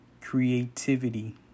creativity